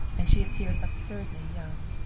and she appeared absurdly young.